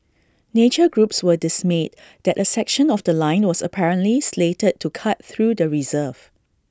nature groups were dismayed that A section of The Line was apparently slated to cut through the reserve